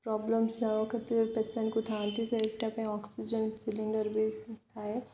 problems ନ କେତେ ପେସେଣ୍ଟକୁ ଥାଆନ୍ତି ସେଇଟା ପାଇଁ ଅକ୍ସିଜେନ୍ ସିଲିଣ୍ଡର ବି ଥାଏ